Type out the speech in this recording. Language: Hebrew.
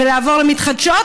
ולעבור למתחדשות,